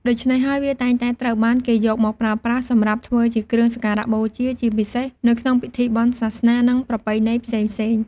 ដូច្នេះហើយ វាតែងតែត្រូវបានគេយកមកប្រើប្រាស់សម្រាប់ធ្វើជាគ្រឿងសក្ការបូជាជាពិសេសនៅក្នុងពិធីបុណ្យសាសនា និងប្រពៃណីផ្សេងៗ។